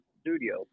studio